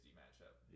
matchup